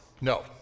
No